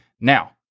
Now